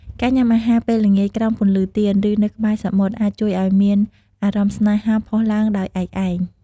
ការញ៉ាំអាហារពេលល្ងាចក្រោមពន្លឺទៀន ឬនៅក្បែរសមុទ្រ អាចជួយឱ្យមានអារម្មណ៍ស្នេហាផុសឡើងដោយឯកឯង។